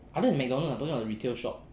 other than McDonald's I'm talking about retail shop